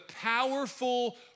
powerful